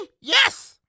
Yes